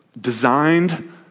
designed